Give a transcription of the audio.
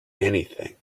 anything